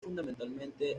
fundamentalmente